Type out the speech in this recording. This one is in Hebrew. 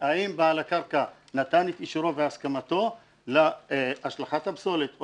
והאם בעל הקרקע נתן את אישורו והסכמתו להשלכת הפסולת,